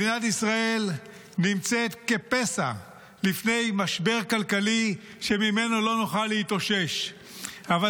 מדינת ישראל נמצאת כפסע לפני משבר כלכלי שממילא לא נוכל להתאושש ממנו,